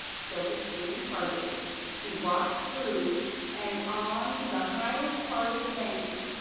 so the stream parted he walked through and on to the highest part of the bank.